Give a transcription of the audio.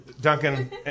Duncan